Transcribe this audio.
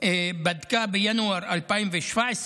בדקה בינואר 2017,